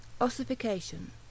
Ossification